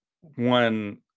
One